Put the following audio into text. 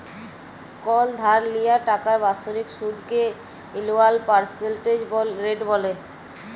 call ধার লিয়া টাকার বাৎসরিক সুদকে এলুয়াল পার্সেলটেজ রেট ব্যলে